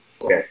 Okay